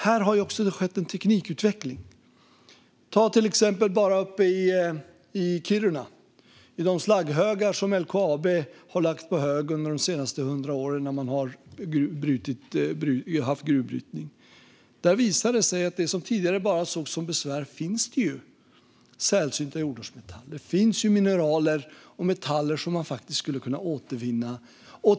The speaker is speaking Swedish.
Här har det också skett en teknikutveckling. Bara uppe i Kiruna, i de slagghögar som LKAB har lagt på hög under de senaste hundra åren då man har haft gruvbrytning där, visar det sig att i det som tidigare bara sågs som besvär finns sällsynta jordartsmetaller, mineral och metaller som man faktiskt skulle kunna återvinna.